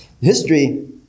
History